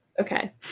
okay